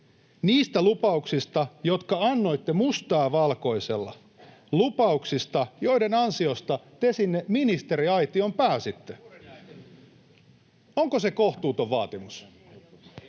niistä lupauksista, jotka annoitte mustaa valkoisella, lupauksista, joiden ansiosta te sinne ministeriaitioon pääsitte. Onko se kohtuuton vaatimus?